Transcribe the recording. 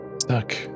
Stuck